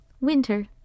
winter